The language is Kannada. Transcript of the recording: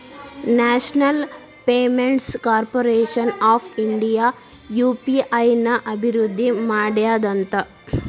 national payments corporation of India UPI ನ ಅಭಿವೃದ್ಧಿ ಮಾಡ್ಯಾದಂತ